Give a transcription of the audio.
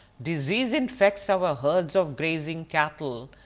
disease infects our herd of grazing cattle,